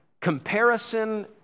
comparison